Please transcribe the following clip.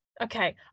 Okay